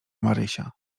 marysia